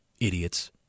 Idiots